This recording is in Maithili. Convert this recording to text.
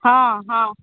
हँ हँ